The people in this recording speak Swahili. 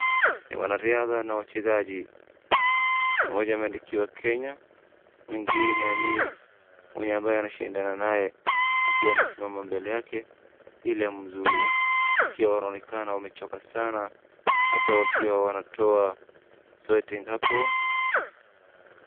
Ni wanariadha na wachezaji, kuna mmoja ameandikiwa Kenya mwingine ni mwenye ambaye anashindana naye akiwa amesimama mbele yake ili amzuie. wakiwa wanaonekana wamechoka sana hata wakiwa wanatoa sweating hapo.